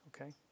okay